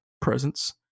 presence